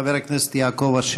חבר הכנסת יעקב אשר.